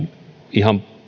ihan